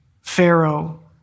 Pharaoh